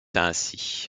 ainsi